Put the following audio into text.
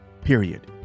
period